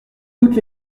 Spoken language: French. toutes